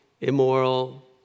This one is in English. immoral